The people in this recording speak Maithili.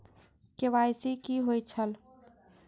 के.वाई.सी कि होई छल?